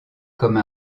comme